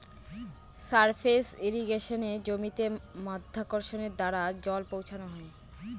surface ইর্রিগেশনে জমিতে মাধ্যাকর্ষণের দ্বারা জল পৌঁছানো হয়